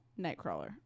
Nightcrawler